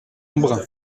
embrun